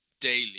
daily